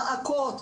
מעקות.